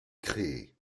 créées